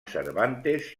cervantes